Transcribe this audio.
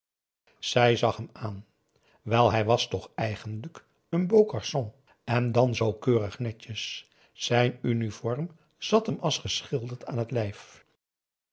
zij zag hem aan wel hij was toch eigenlijk n beau garçon en dan zoo keurig netjes zijn uniform zat hem als geschilderd aan het lijf